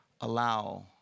allow